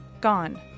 gone